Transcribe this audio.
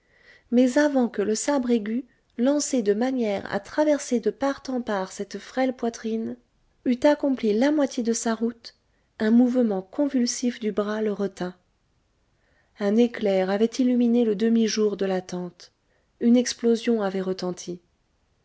mais avant que le sabre aigu lancé de manière à traverser de part en part cette frêle poitrine eût accompli la moitié de sa route un mouvement convulsif du bras le retint un éclair avait illuminé le demi-jour de la tente une explosion avait retenti